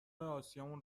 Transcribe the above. آسیامون